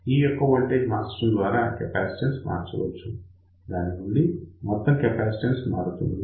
ఈ యొక్క వోల్టేజ్ మార్చడం ద్వారా కెపాసిటన్స్ మార్చవచ్చు దాని నుండి మొత్తం కెపాసిటన్స్ మారుతుంది